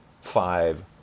Five